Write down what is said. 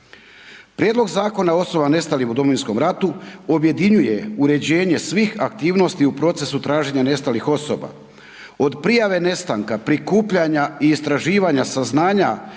Prijedlog Zakona o osobama nestalim u Domovinskom ratu objedinjuje uređenje svih aktivnosti u procesu traženja nestalih osoba, od prijave nestanka, prikupljanja i istraživanja saznanja